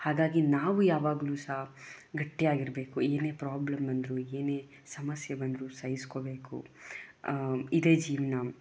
ಹಾಗಾಗಿ ನಾವು ಯಾವಾಗಲೂ ಸಹ ಗಟ್ಟಿಯಾಗಿರಬೇಕು ಏನೇ ಪ್ರಾಬ್ಲಮ್ ಬಂದರೂ ಏನೇ ಸಮಸ್ಯೆ ಬಂದರೂ ಸಹಿಸ್ಕೊಳ್ಬೇಕು ಇದೇ ಜೀವನ